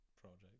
project